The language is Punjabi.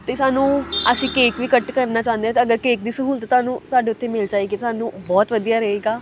ਅਤੇ ਸਾਨੂੰ ਅਸੀਂ ਕੇਕ ਵੀ ਕੱਟ ਕਰਨਾ ਚਾਹੁੰਦੇ ਹਾਂ ਅਤੇ ਅਗਰ ਕੇਕ ਦੀ ਸਹੂਲਤ ਤੁਹਾਨੂੰ ਸਾਨੂੰ ਉੱਥੇ ਮਿਲ ਜਾਵੇਗੀ ਸਾਨੂੰ ਬਹੁਤ ਵਧੀਆ ਰਹੇਗਾ